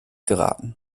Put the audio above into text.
geraten